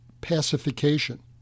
pacification